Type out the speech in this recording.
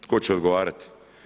Tko će odgovarati?